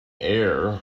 ayr